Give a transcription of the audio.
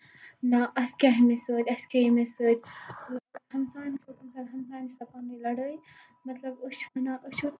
نہ اَسہِ کیاہ ہُمِس سۭتۍ اَسہِ کیاہ ییٚمِس سۭتۍ اِنسان زانہِ سا پَنٕنی لَڑٲے مطلب أسۍ چھِ اَنان أسۍ چھِ